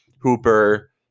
Hooper